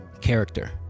character